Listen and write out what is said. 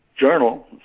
journal